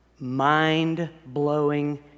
mind-blowing